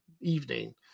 evening